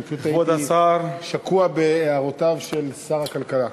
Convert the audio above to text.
אני פשוט הייתי שקוע בהערותיו של שר הכלכלה.